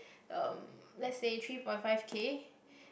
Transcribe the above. um let's say three point five K